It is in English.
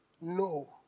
No